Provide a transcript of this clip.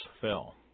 fell